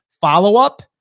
follow-up